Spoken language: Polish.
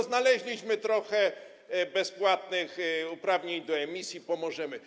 Znaleźliśmy trochę bezpłatnych uprawnień do emisji, pomożemy.